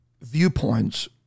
viewpoints